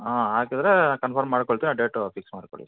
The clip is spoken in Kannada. ಹಾಂ ಹಾಕಿದ್ರೆ ಕನ್ಫರ್ಮ್ ಮಾಡ್ಕೊಳ್ತಿವಿ ಆ ಡೇಟ್ ಫಿಕ್ಸ್ ಮಾಡ್ಕೊಳ್ಳಿ